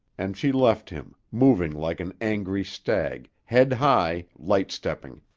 and she left him, moving like an angry stag, head high, light-stepping.